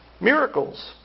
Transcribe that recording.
miracles